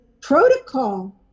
protocol